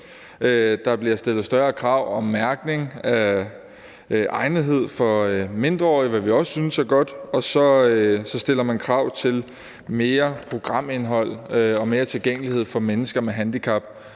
Der bliver stillet større krav om mærkning af egnethed for mindreårige, hvad vi også synes er godt, og så stiller man krav til mere programindhold og mere tilgængelighed for mennesker med handicap.